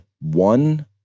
one